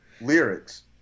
Lyrics